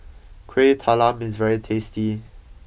Kueh Talam is very tasty